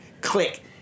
click